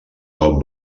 cop